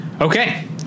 okay